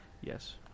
Yes